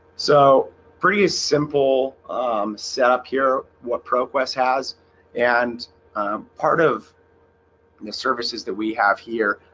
so pretty simple setup here what proquest has and part of the services that we have here